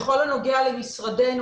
בכל הנוגע למשרדנו,